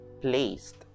placed